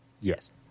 Yes